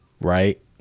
right